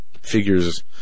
figures